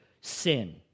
sin